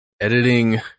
editing